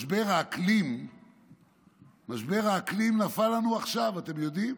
משבר האקלים נפל עלינו עכשיו, אתם יודעים?